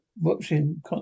watching